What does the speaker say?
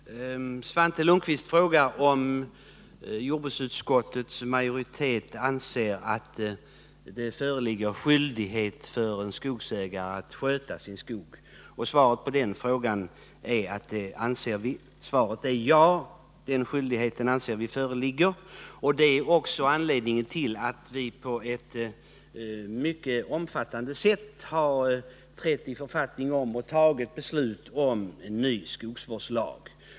Herr talman! Svante Lundkvist frågar om jordbruksutskottets majoritet anser att det föreligger skyldighet för en skogsägare att sköta sin skog. Svaret på den frågan är: Ja, den skyldigheten anser vi föreligga. Det är också anledningen till att vi på ett mycket omfattande sätt har trätt i författning om införandet av och sedan fattat beslut om en ny skogsvårdslag.